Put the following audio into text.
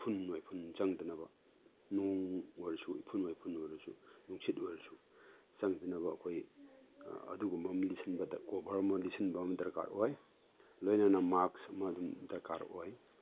ꯎꯐꯨꯟ ꯋꯥꯏꯐꯨꯟ ꯆꯪꯗꯅꯕ ꯅꯣꯡ ꯑꯣꯏꯔꯁꯨ ꯎꯐꯨꯟ ꯋꯥꯏꯐꯨꯟ ꯑꯣꯏꯔꯁꯨ ꯅꯨꯡꯁꯤꯠ ꯑꯣꯏꯔꯁꯨ ꯆꯪꯗꯅꯕ ꯑꯩꯈꯣꯏ ꯑꯗꯨꯒꯨꯝꯕ ꯃꯦꯟꯁꯤꯟꯕꯗ ꯀꯣꯕꯔ ꯑꯃ ꯂꯤꯠꯁꯤꯟꯕ ꯑꯃ ꯗꯔꯀꯥꯔ ꯑꯣꯏ ꯂꯣꯏꯅꯅ ꯃꯥꯛꯁ ꯑꯃ ꯑꯗꯨꯝ ꯗꯔꯀꯥꯔ ꯑꯣꯏ